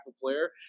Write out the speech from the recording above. player